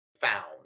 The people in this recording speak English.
found